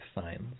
signs